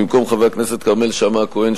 במקום חבר הכנסת כרמל שאמה-הכהן,